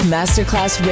Masterclass